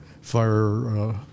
fire